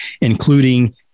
including